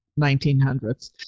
1900s